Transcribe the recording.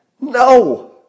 No